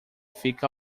fica